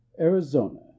Arizona